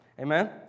Amen